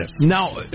Now